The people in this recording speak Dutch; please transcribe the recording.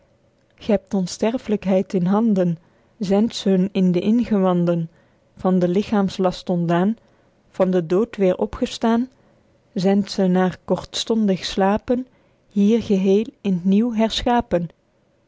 de onsterflykheid in handen zendt ze hun in de ingewanden van den lichaemslast ontdaen van de dood weêr opgestaen zendt ze naer kortstondig slapen hier geheel in t nieuwe herschapen